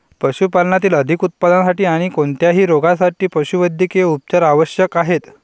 पशुपालनातील अधिक उत्पादनासाठी आणी कोणत्याही रोगांसाठी पशुवैद्यकीय उपचार आवश्यक आहेत